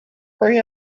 hurry